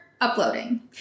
uploading